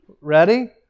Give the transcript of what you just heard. ready